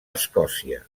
escòcia